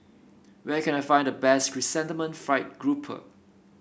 where can I find the best Chrysanthemum Fried Grouper